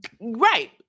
Right